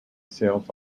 sales